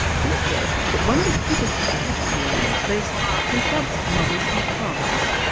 he says that one of the biggest challenges the animals face confronts mothers and calves.